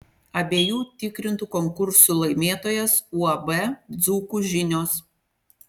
abiejų tikrintų konkursų laimėtojas uab dzūkų žinios